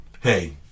Hey